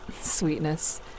sweetness